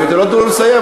אם לא תיתנו לו לסיים,